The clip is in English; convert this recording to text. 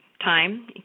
time